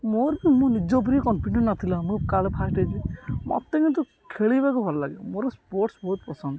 ମୋର ବି ମୋ ନିଜ ଉପରେ କନଫିଡେଣ୍ଟ୍ ନଥିଲା ମୁଁ କାଳେ ଫାଷ୍ଟ ହେଇଯିବିି ମୋତେ କିନ୍ତୁ ଖେଳିବାକୁ ଭଲ ଲାଗେ ମୋର ସ୍ପୋର୍ଟସ୍ ବହୁତ ପସନ୍ଦ